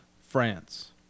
France